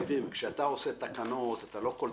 כשאתה עושה תקנות, לא כל